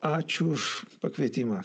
ačiū už pakvietimą